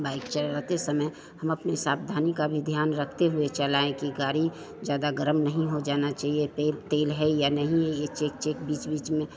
bike चलाते समय हम अपनी सावधानी का भी ध्यान रखते हुए चलाएँ कि गाड़ी ज़्यादा गरम नहीं हो जाना चाहिए फिर तेल है या नहीं यह चेक चेक बीच बीच में